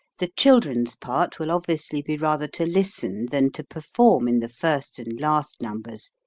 the children's part will obviously be rather to listen than to perform in the first and last numbers,